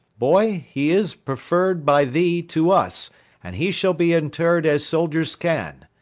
boy, he is preferr'd by thee to us and he shall be interr'd as soldiers can.